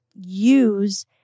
use